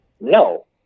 No